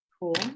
Cool